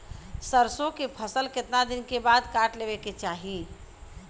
सरसो के फसल कितना दिन के बाद काट लेवे के चाही?